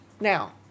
Now